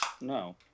No